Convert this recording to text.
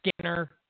Skinner